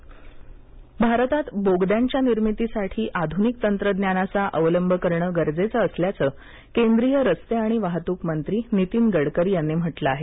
गडकरी भारतात बोगद्यांच्या निर्मितीसाठी आधुनिक तंत्रज्ञानाचाअवलंब करणं गरजेचं असल्याचं केंद्रीय रस्ते आणि वाहतूक मंत्री नितिन गडकरी यांनीम्हटले आहे